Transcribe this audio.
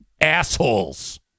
assholes